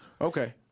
okay